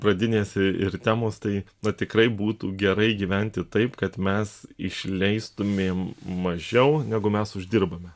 pradinės ir temos tai na tikrai būtų gerai gyventi taip kad mes išleistumėm mažiau negu mes uždirbame